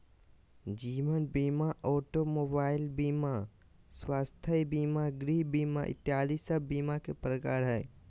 जीवन बीमा, automobile बीमा, स्वास्थ्य बीमा, गृह बीमा इत्यादि सब बीमा के प्रकार हय